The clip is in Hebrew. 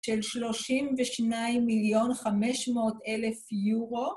של שלושים ושניים מיליון חמש מאות אלף יורו